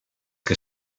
que